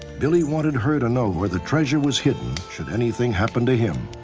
billy wanted her to know where the treasure was hidden, should anything happen to him.